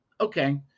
Okay